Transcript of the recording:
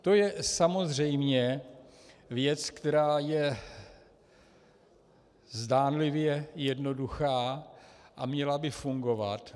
To je samozřejmě věc, která je zdánlivě jednoduchá a měla by fungovat.